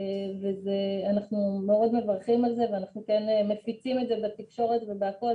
אנחנו מאוד מברכים על זה ואנחנו כן מפיצים את זה בתקשורת והכל,